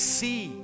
see